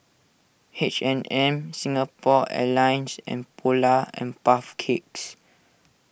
H and M Singapore Airlines and Polar and Puff Cakes